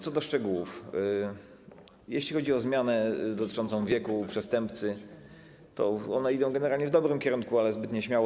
Co do szczegółów - jeśli chodzi o zmiany dotyczące wieku przestępcy, to one idą generalnie w dobrym kierunku, ale zbyt nieśmiało.